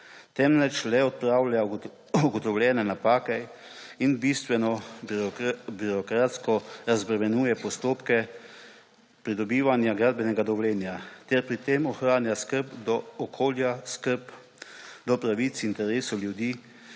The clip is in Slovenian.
temveč le odpravlja ugotovljene napake in bistveno birokratsko razbremenjuje postopke pridobivanja gradbenega dovoljenja ter pri tem ohranja skrb do okolja, skrb do pravic interesov ljudi,